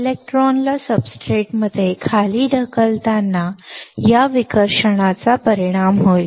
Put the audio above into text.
इलेक्ट्रॉनला सब्सट्रेटमध्ये खाली ढकलताना या विकर्षणाचा परिणाम होईल